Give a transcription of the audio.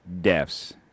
deaths